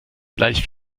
gleich